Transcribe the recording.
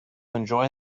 enjoy